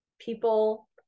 People